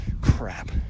Crap